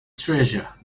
treasure